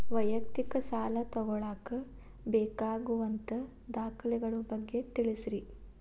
ವೈಯಕ್ತಿಕ ಸಾಲ ತಗೋಳಾಕ ಬೇಕಾಗುವಂಥ ದಾಖಲೆಗಳ ಬಗ್ಗೆ ತಿಳಸ್ರಿ